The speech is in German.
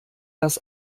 das